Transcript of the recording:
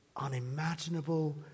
unimaginable